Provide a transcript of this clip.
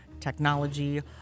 technology